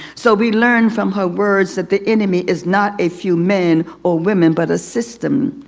so we learn from her words that the enemy is not a few men or women, but a system.